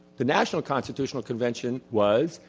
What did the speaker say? the national constitutional convention was,